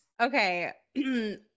Okay